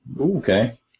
Okay